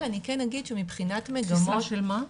תפיסה של מה?